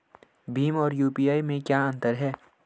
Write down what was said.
भीम और यू.पी.आई में क्या अंतर है?